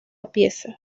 pieza